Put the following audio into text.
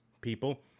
people